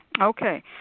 Okay